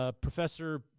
Professor